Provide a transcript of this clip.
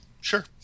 Sure